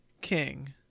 King